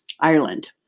Ireland